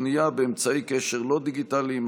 פנייה באמצעי קשר לא דיגיטליים),